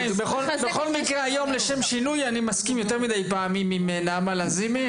בכל מקרה היום לשם שינוי אני מסכים יותר מדי פעמים עם נעמה לזימי,